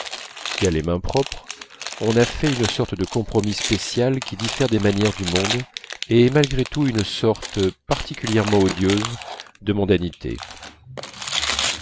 qui a les mains propres on a fait une sorte de compromis spécial qui diffère des manières du monde et est malgré tout une sorte particulièrement odieuse de mondanité